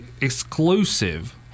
exclusive